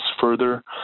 further